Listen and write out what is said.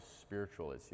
spiritual